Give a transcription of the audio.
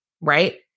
Right